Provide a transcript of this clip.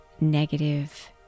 negative